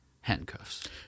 handcuffs